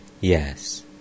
Yes